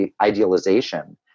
idealization